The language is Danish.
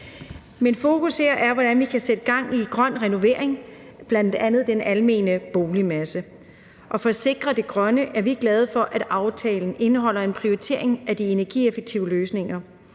Men fokus her er på, hvordan vi kan sætte gang i en grøn renovering, bl.a. af den almene boligmasse, og for at sikre det grønne er vi glade for, at aftalen indeholder en prioritering af de energieffektive løsninger.